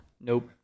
Nope